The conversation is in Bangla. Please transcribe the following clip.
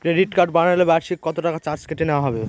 ক্রেডিট কার্ড বানালে বার্ষিক কত টাকা চার্জ কেটে নেওয়া হবে?